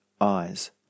eyes